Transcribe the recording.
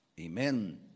amen